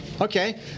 Okay